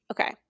okay